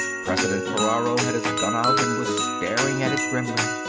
president ferraro had his gun out and was staring at it grimly.